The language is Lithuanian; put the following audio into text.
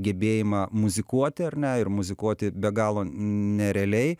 gebėjimą muzikuoti ar ne ir muzikuoti be galo nerealiai